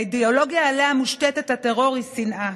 האידיאולוגיה שעליה מושתת הטרור היא שנאה,